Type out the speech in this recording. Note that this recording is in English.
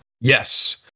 Yes